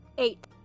Eight